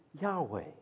Yahweh